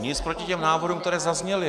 Nic proti návrhům, které zazněly.